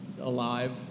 alive